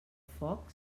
foc